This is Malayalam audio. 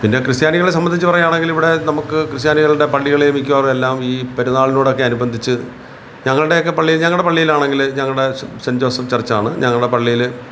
പിന്നെ ക്രിസ്ത്യാനികളെ സംബന്ധിച്ച് പറയുവാണെങ്കിൽ ഇവിടെ നമുക്ക് ക്രിസ്ത്യാനികളുടെ പള്ളികളിൽ മിക്കവാറും എല്ലാം ഈ പെരുന്നാളിനോടൊക്കെ അനുബന്ധിച്ച് ഞങ്ങളുടെ ഒക്കെ പള്ളി ഞങ്ങളുടെ പള്ളിയിൽ ആണെങ്കിൽ ഞങ്ങളെ സെ സെൻറ് ജോസഫ് ചർച്ച് ആണ് ഞങ്ങളുടെ പള്ളിയിൽ